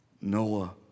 Noah